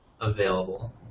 available